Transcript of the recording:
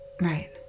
Right